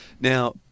Now